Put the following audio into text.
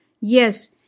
yes